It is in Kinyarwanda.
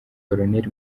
col